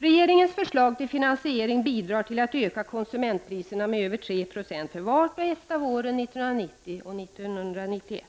Regeringens förslag till finansiering bidrar till att öka konsumentpriserna med över 3 90 för vart och ett av åren 1990 och 1991.